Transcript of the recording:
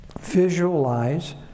visualize